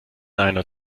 einer